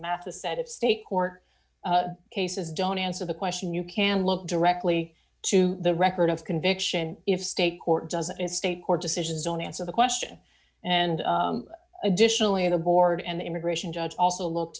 a set of state court cases don't answer the question you can look directly to the record of conviction if state court doesn't and state court decisions don't answer the question and additionally the board and the immigration judge also looked